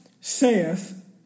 saith